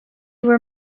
were